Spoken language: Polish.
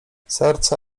serce